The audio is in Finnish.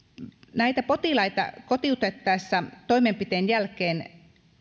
näitä potilaita kotiutettaessa toimenpiteen jälkeen